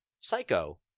Psycho